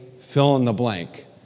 fill-in-the-blank